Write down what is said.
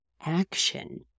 action